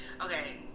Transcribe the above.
Okay